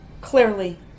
Clearly